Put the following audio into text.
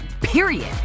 period